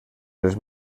les